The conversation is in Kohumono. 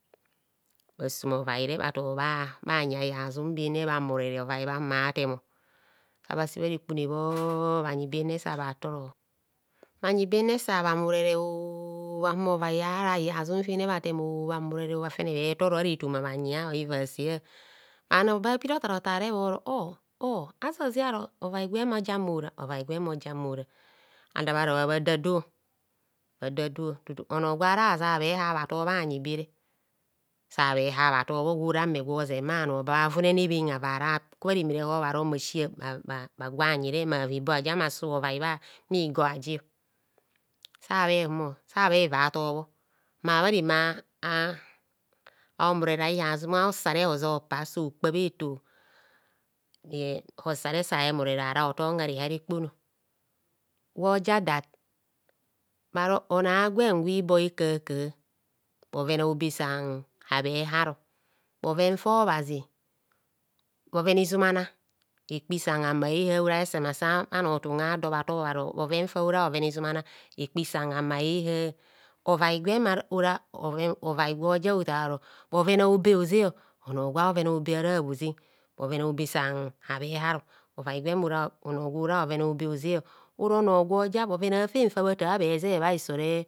Bhasum ovaire bhanu bha bhanyi a' bhihazum bere bha murere ovai ahumo bha temo sabha se bha rekpune bhoro bhanyi bere sabha toro bhanyi bere sa bha murere oooo bhahumo ovai ara bhiyazum fine bha temooo bhamurere oo bha fere bhetoro ara etoma bhanyia bheva sea, bhano ba piri otar otare bhoro ȯ ȯ azazearo ovai gwem oja ame hora ovai gwem oja ame hora adabharo habha dado bhadado tutu onor gwara aja bhe har bhato bhayi bere se bhe har bhatobho gwora ame mozen bhanor ba bha vunene ebhen avara bhagwayire mma va ibo bhayian bhasub ovai bhigor ajio sabhe humo sa bheva ator bho ma bha reme a a amurere a'bhihazum a'osare ojo pa so kpa bheto, ehosare sa hemurere ara hotongharehar ekpon gwoja dat bharo onoo agwen gwa ibo ekahakaha bhoven izumana ekpi san hama ehar ora hesema sa bhanotum a'dor bhotobho bharo bhoven fora bhoven izumana ekpisan hama hehar ovai gwem ora ovai gwoja ogaro bhoven a'obe hozeo ono gwa bhoven a'obe ara abhozen bhoven a'obe san habhe hav ovai gwen ora onor gwora bhoven a'obe ozeo oro nor gwoja bhoven a'fen fa bhatar bheze bha hisovee.